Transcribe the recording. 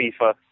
FIFA